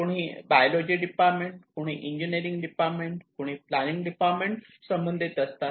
कुणी biology department कुणी engineering department कुणी प्लॅनिंग डिपार्टमेंट संबंधित असतात